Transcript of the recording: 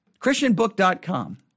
Christianbook.com